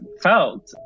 Felt